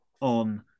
on